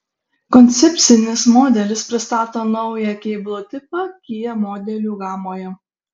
koncepcinis modelis pristato naują kėbulo tipą kia modelių gamoje